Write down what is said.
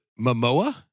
Momoa